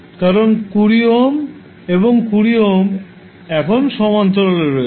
কারণ 20 ওহম এবং 20 ওহম এখন সমান্তরালে রয়েছে